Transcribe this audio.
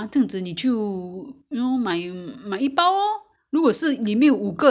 ya I remember they maybe they are ten you know so you just buy one packet enough 应该是一包就够了的